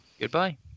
Goodbye